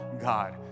God